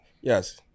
Yes